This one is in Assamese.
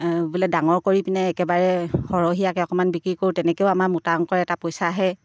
বোলে ডাঙৰ কৰি পিনে একেবাৰে সৰহীয়াকৈ অকণমান বিক্ৰী কৰোঁ তেনেকৈও আমাৰ মোটা অংকৰ এটা পইচা আহে